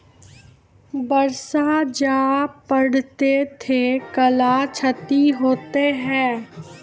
बरसा जा पढ़ते थे कला क्षति हेतै है?